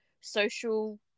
social